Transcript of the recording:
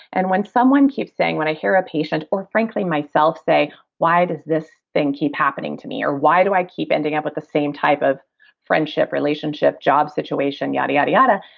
and when someone keeps saying, when i hear a patient or, frankly, myself say why does this thing keep happening to me or why do i keep ending up with the same type of friendship relationship, job situation, yada, yada, yada,